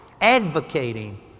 advocating